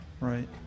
Right